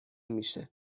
میشه